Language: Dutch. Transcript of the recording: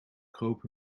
kroop